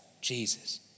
Jesus